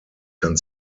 kann